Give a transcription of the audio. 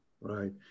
Right